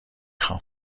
خوام